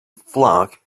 flag